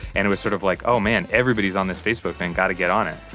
and it was sort of like, oh, man, everybody's on this facebook thing. got to get on it.